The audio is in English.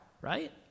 right